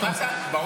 ברור שזה קשור.